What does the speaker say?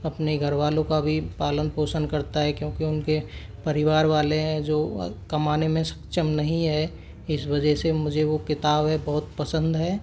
अपने घरवालों का भी पालन पोषण करता है क्योंकि उनके परिवार वाले हैं जो कमाने में सक्षम नहीं है इस वजह से मुझे वो किताब है बहुत पसंद है